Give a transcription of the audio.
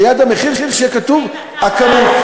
שליד המחיר תהיה כתובה הכמות.